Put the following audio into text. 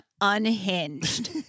unhinged